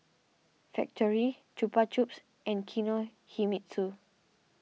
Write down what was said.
Factorie Chupa Chups and Kinohimitsu